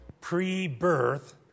pre-birth